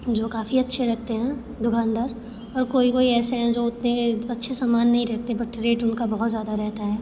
जो काफ़ी अच्छे रखते हैं दुकानदार और कोई कोई ऐसे हैं जो उतने अच्छे सामान नहीं रखते बट रेट उनका बहुत ज़्यादा रहता है